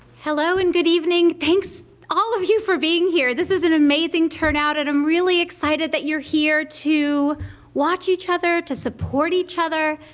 hello and good evening! thanks all of you for being here! this is an amazing turnout and i'm really excited that you're here to watch each other, to support each other.